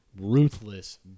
ruthless